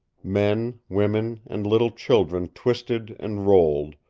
men, women and little children twisted and rolled,